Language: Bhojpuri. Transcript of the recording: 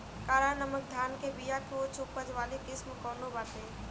काला नमक धान के बिया के उच्च उपज वाली किस्म कौनो बाटे?